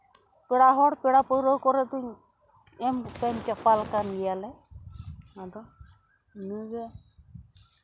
ᱠᱚᱲᱟ ᱦᱚᱲ ᱯᱮᱲᱟ ᱯᱟᱹᱲᱦᱟᱹ ᱠᱚᱨᱮ ᱫᱚᱹᱧ ᱮᱢ ᱮᱯᱮᱢ ᱪᱟᱯᱟᱞ ᱠᱟᱱ ᱜᱮᱭᱟᱞᱮ ᱟᱫᱚ ᱤᱱᱟᱹᱜᱮ